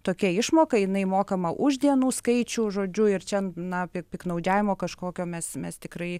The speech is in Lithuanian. tokia išmoka jinai mokama už dienų skaičių žodžiu ir čia na pi piktnaudžiavimo kažkokio mes mes tikrai